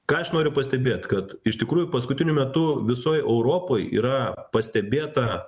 ką aš noriu pastebėt kad iš tikrųjų paskutiniu metu visoj europoj yra pastebėta